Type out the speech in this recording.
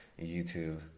YouTube